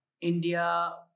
India